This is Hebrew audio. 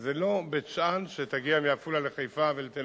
זה לא בית-שאן, שתגיע מעפולה לחיפה ולתל-אביב,